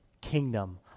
kingdom